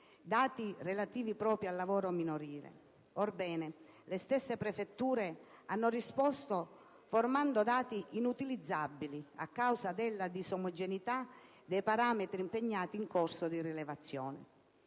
dati relativi proprio al lavoro minorile. Orbene, le stesse prefetture hanno risposto fornendo dati inutilizzabili a causa della disomogeneità dei parametri impiegati in corso di rilevazione.